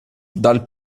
dal